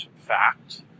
fact